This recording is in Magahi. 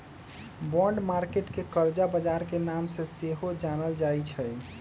बॉन्ड मार्केट के करजा बजार के नाम से सेहो जानल जाइ छइ